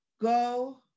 Go